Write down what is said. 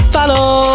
Follow